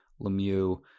Lemieux